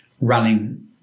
running